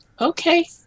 Okay